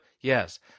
Yes